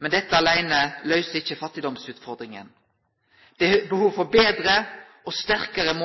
men dette aleine løyser ikkje fattigdomsutfordringa. Det er behov for betre og sterkare